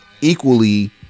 equally